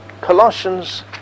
Colossians